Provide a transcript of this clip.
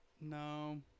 no